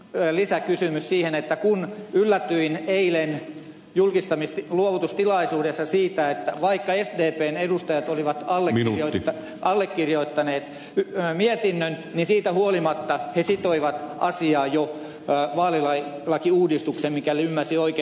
ihan lyhyt lisäkysymys siihen kun yllätyin eilen luovutustilaisuudessa siitä että vaikka sdpn edustajat olivat allekirjoittaneet mietinnön niin siitä huolimatta he sitoivat asiaa jo vaalilakiuudistukseen mikäli ymmärsin oikein